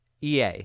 EA